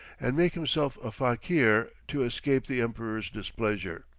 and make himself a fakir to escape the emperor's displeasure.